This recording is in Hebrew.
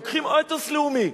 לוקחים אתוס לאומי,